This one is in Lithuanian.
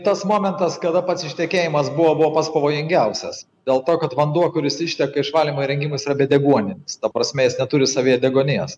tas momentas kada pats ištekėjimas buvo buvo pats pavojingiausias dėl to kad vanduo kuris išteka iš valymo įrengimų jis yra bedeguoninis ta prasme jis neturi savyje deguonies